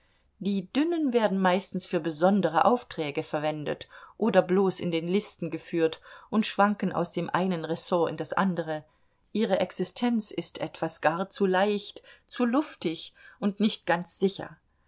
die dünnen werden meistens für besondere aufträge verwendet oder bloß in den listen geführt und schwanken aus dem einen ressort in das andere ihre existenz ist etwas gar zu leicht zu luftig und nicht ganz sicher